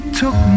took